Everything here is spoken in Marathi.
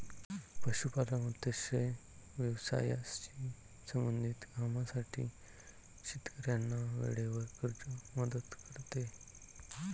पशुपालन, मत्स्य व्यवसायाशी संबंधित कामांसाठी शेतकऱ्यांना वेळेवर कर्ज मदत करते